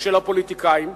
של הפוליטיקאים,